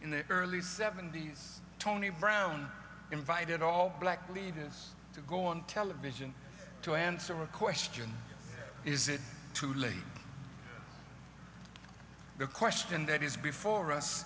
in the early seventy's tony brown invited all black leaders to go on television to answer a question is it too late the question that is before us